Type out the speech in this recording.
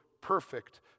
perfect